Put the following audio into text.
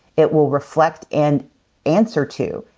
it will reflect, and answer to,